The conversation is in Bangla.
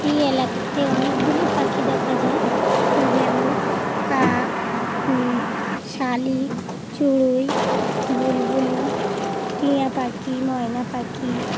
এই এলাকাতে অনেকগুলি পাখি দেখা যায় যেমন কাক শালিখ চুড়ুই বুলবুলি টিঁয়া পাখি ময়না পাখি